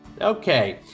Okay